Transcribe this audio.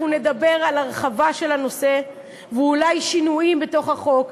נדבר על הרחבה של הנושא ואולי שינויים בחוק.